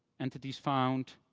entities found.